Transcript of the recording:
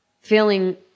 feeling